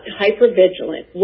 hypervigilant